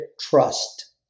trust